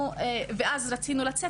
ואז רצינו לצאת,